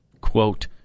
quote